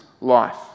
life